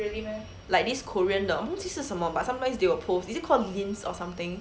like this korean 的我忘记是什么 but sometimes they will post is it called LINS or something